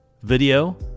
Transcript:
video